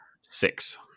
Six